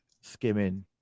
skimming